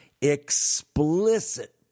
explicit